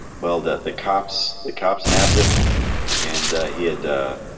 well that the cops the cops nabbed him and he had